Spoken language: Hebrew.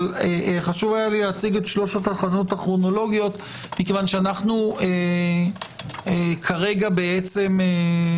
חשוב לי להציג את שלוש התחנות הכרונולוגיות כי כרגע נעסוק